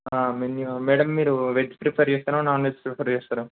menu madam మీరు veg prefer చేస్తారా non veg prefer చేస్తారా